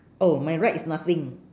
oh my right is nothing